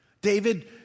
David